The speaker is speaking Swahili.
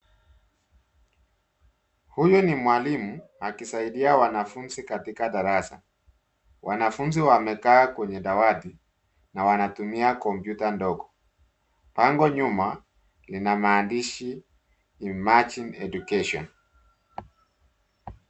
Huyu ni mwalimu, akisaidia wanafunzi katika darasa, wanafunzi wamekaa kwenye dawati, na wanatumia kompyuta ndogo. Bango nyuma, lina maandishi, emerging education .